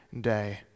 day